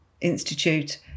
institute